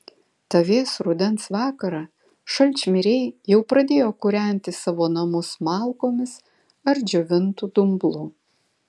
tą vėsų rudens vakarą šalčmiriai jau pradėjo kūrenti savo namus malkomis ar džiovintu dumblu